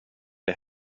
dig